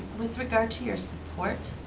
with regard to your support?